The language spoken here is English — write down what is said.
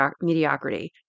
mediocrity